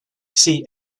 see